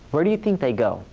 where do you think they go?